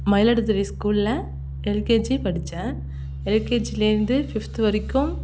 மயிலாடுதுறை ஸ்கூல்ல எல்கேஜி படித்தேன் எல்கேஜியிலேருந்து ஃபிஃப்த்து வரைக்கும்